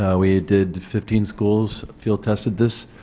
ah we did fifteen schools field-tested this,